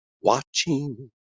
watching